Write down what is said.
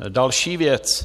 Další věc.